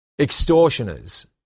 extortioners